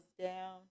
down